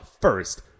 first